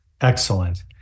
excellent